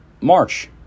March